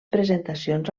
presentacions